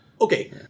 okay